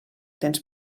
tens